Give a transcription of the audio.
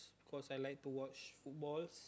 cause I like to watch football